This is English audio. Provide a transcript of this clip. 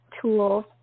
tools